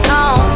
on